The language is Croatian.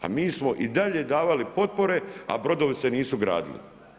A mi smo i dalje davali potpore, a brodovi se nisu gradili.